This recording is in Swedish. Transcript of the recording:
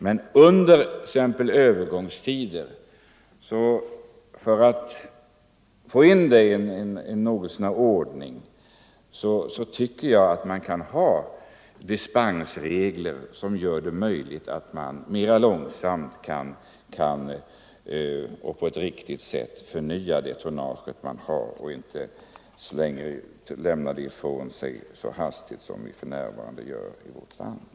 Men för att få något så när ordning på det hela tycker jag att man under t.ex. övergångstider kan ha dispensregler som gör det möjligt att mera långsamt och på ett riktigt sätt förnya det tonnage man har, så att vi inte lämnar det ifrån oss så hastigt som vi för närvarande gör i vårt land.